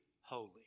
holy